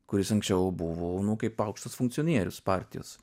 kuris anksčiau buvo kaip aukštas funkcionierius partijos